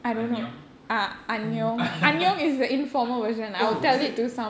oh is it